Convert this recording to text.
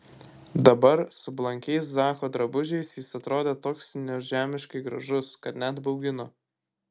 dabar su blankiais zako drabužiais jis atrodė toks nežemiškai gražus kad net baugino